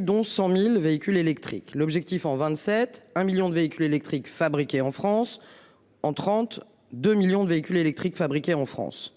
Dont 100.000 véhicules électriques. L'objectif en 27 million de véhicules électriques fabriquées en France en 32 millions de véhicules électriques fabriquées en France.